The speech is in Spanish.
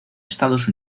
estados